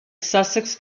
sussex